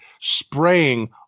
spraying